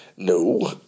No